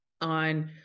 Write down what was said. on